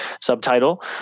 subtitle